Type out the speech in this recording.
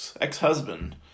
ex-husband